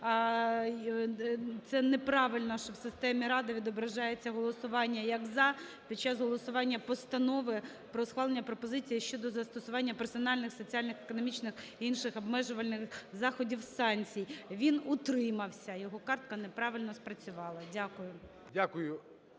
це неправильно, що в системі "Рада" відображається голосування як "за" під час голосування Постанови про схвалення пропозиції щодо застосування персональних соціальних економічних і інших обмежувальних заходів (санкцій). Він утримався. Його картка неправильно спрацювала. Дякую.